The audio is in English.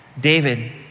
David